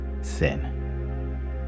sin